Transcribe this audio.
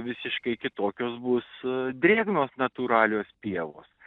visiškai kitokios bus drėgnos natūralios pievos